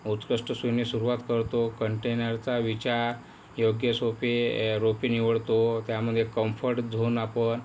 उत्कष्टसुने सुरवात करतो कंटेनरचा विचार योग्य सोपी रोपे निवडतो त्यामध्ये कंफर्ट झोन आपण